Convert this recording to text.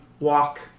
Walk